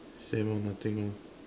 same ah nothing ah